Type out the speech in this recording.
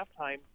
halftime